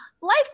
life